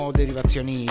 derivazioni